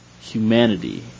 humanity